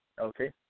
okay